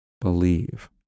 believe